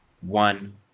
one